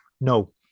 no